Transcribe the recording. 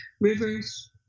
rivers